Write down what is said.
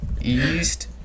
east